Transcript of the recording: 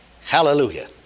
Hallelujah